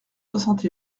soixante